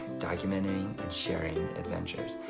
documenting and sharing adventures.